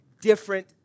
different